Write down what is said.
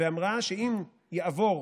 ואמרה שאם יעבור